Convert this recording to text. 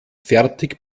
fertig